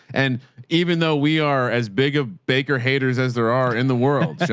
and even though we are as big of baker haters, as there are in the world,